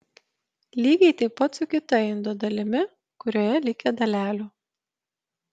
lygiai taip pat su kita indo dalimi kurioje likę dalelių